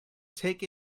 take